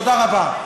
תודה רבה.